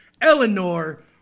Eleanor